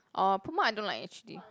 orh Puma I don't like actually